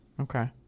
okay